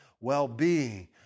well-being